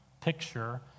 picture